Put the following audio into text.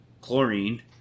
chlorine